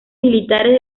militares